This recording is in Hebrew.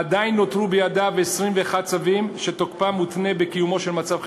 עדיין נותרו בידיו 21 צווים שתוקפם מותנה בקיומו של מצב חירום.